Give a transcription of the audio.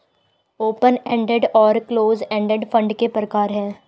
open ended और close ended fund के प्रकार हैं